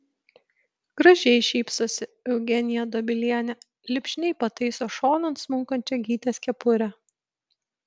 gražiai šypsosi eugenija dobilienė lipšniai pataiso šonan smunkančią gytės kepurę